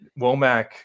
Womack